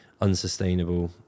unsustainable